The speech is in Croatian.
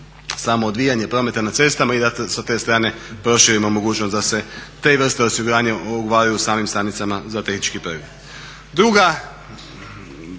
samo odvijanje prometa na cestama i da sa te strane proširimo mogućnost da se te vrste osiguranja obavljaju u samim stanicama za tehnički pregled.